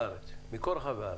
מכל רחבי הארץ.